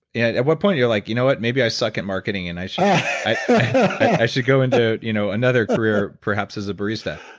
yeah at what point you're like, you know what, maybe i suck at marketing and i should i should go into you know another career perhaps as a barista